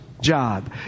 job